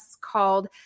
called